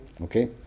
Okay